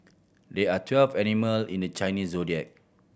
there are twelve animal in the Chinese Zodiac